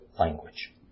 language